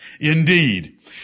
indeed